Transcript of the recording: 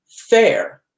fair